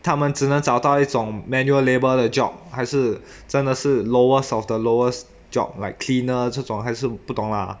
他们只能找到一种 manual labour 的 job 还是真的是 lowest of the lowest job like cleaner 这种还是不懂啦